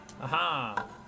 Aha